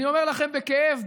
ואני אומר לכם בכאב,